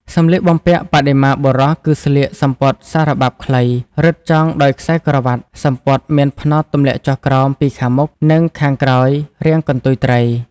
សម្លៀកបំពាក់បដិមាបុរសគឺស្លៀក សំពត់សារបាប់ខ្លី រឹតចងដោយខ្សែក្រវាត់ សំពត់មានផ្នត់ទម្លាក់ចុះក្រោមពី ខាងមុខ និង ខាងក្រោយរាងកន្ទុយត្រី។